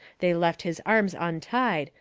they left his arms untied,